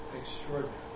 extraordinary